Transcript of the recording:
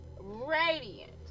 radiant